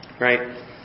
Right